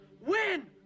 Win